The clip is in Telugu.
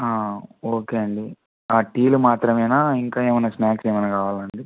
ఆ ఓకే అండి ఆ టీలు మాత్రమేనా ఇంకా ఏమైన్నా స్నాక్స్ ఏమైనా కావాలాండి